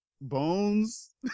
bones